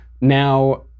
Now